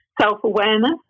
self-awareness